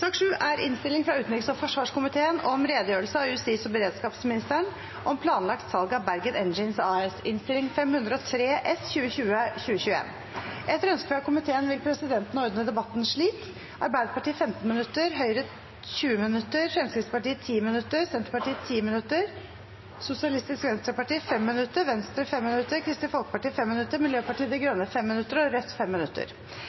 fra utenriks- og forsvarskomiteen vil presidenten ordne debatten slik: Arbeiderpartiet 15 minutter, Høyre 20 minutter, Fremskrittspartiet 10 minutter, Senterpartiet 10 minutter, Sosialistisk Venstreparti 5 minutter, Venstre 5 minutter, Kristelig Folkeparti 5 minutter, Miljøpartiet De